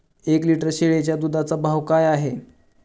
एक लिटर शेळीच्या दुधाचा भाव काय आहे?